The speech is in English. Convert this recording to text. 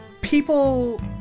people